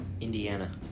Indiana